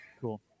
Cool